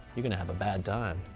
you're gonna have a bad time,